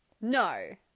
No